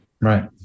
Right